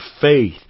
faith